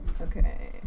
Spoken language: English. Okay